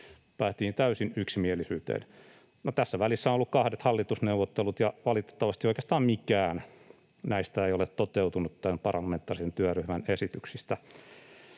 päästiin täysin yksimielisyyteen. No, tässä välissä on ollut kahdet hallitusneuvottelut, ja valitettavasti oikeastaan mikään näistä tämän parlamentaarisen työryhmän esityksistä